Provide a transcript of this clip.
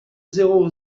zéro